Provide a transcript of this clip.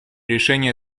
решения